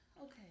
Okay